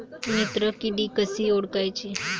मित्र किडी कशी ओळखाची?